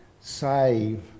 save